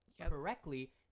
correctly